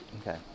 Okay